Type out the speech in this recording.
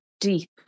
deep